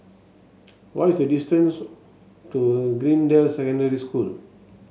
what is the distance to Greendale Secondary School